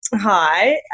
Hi